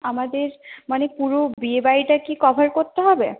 আমাদের মানে পুরো বিয়েবাড়িটা কি কভার করতে হবে